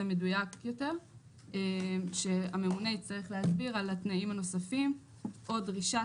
מדויק יותר שהממונה יצטרך להסביר על התנאים הנוספים או דרישת